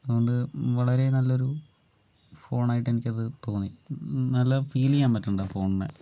അതുകൊണ്ട് വളരെ നല്ലൊരു ഫോണായിട്ടെനിക്കത് തോന്നി നല്ല ഫീല് ചെയ്യാൻ പറ്റുന്നുണ്ട് ആ ഫോണിനെ